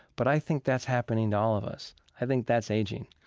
but i think that's happening to all of us. i think that's aging.